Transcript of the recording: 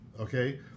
okay